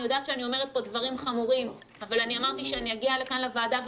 אני יודעת שאני אומרת פה דברים חמורים אבל אמרתי שאני אגיע לכאן לוועדה,